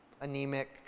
anemic